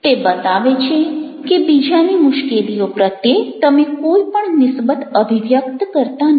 તે બતાવે છે કે બીજાની મુશ્કેલીઓ પ્રત્યે તમે કોઈ પણ નિસ્બત અભિવ્યક્ત કરતા નથી